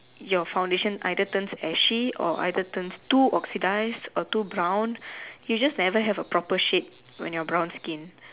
your foundation either turn ashy or either turn too oxides or too brown you just never have a proper shade when you are brown skin